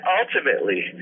ultimately